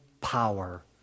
power